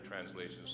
translations